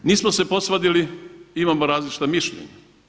Da, nismo se posvadili, imamo različita mišljenja.